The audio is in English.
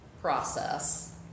process